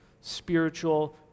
spiritual